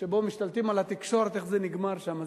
שבהן משתלטים על התקשורת, איך זה נגמר שם.